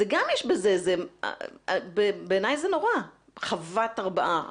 גם בזה יש, בעיני זה נורא, חוות הרבעה.